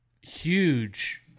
huge